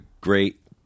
great